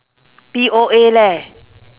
P_O_A leh